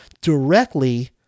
directly